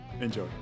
Enjoy